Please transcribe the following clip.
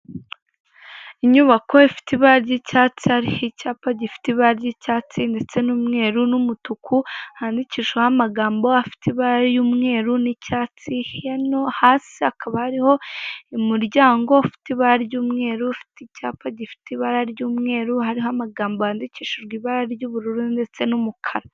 Inyubako ifite ibara ry'icyatsi, hariho icyapa gifite ibara ry'icyatsi ndetse n'umweru n'umutuku, handikishijweho amagambo afite ibara y'umweru n'icyatsi, hasi hakaba hariho umuryango ufite ibara ry'umweru, ufite icyapa gifite ibara ry'umweru hariho amagambo yandikishijwe ibara ry'ubururu ndetse n'umukara.